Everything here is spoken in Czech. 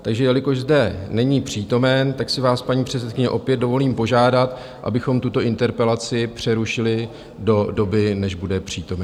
Takže jelikož zde není přítomen, tak si vás paní předsedkyně opět dovolím požádat, abychom tuto interpelaci přerušili do doby, než bude přítomen.